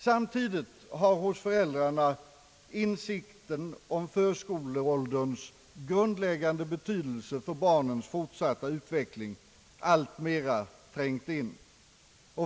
Samtidigt har hos föräldrarna insikten om = förskoleålderns grundläggande betydelse för barnens fortsatta utveckling alltmera trängt in.